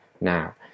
now